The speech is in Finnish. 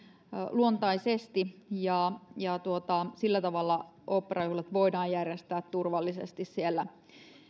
luontaisesti sillä tavalla oopperajuhlat voidaan järjestää turvallisesti siellä